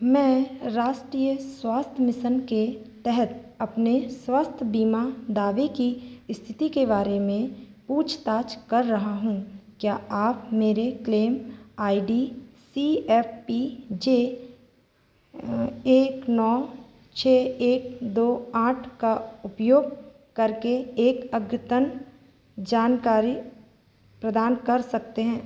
मैं राष्ट्रीय स्वास्थ्य मिशन के तहत अपने स्वास्थ्य बीमा दावे की इस्थिति के बारे में पूछताछ कर रहा हूँ क्या आप मेरे claim I D C F P J एक नौ छह एक दो आठ का उपयोग करके एक अद्यतन जानकारी प्रदान कर सकते हैं